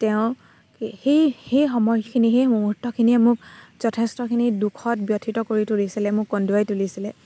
তেওঁ সেই সময়খিনি সেই মূহূৰ্তখিনিয়ে মোক যথেষ্টখিনি দুখত ব্যথিত কৰি তুলিছিলে মোক কন্দুৱাই তুলিছিলে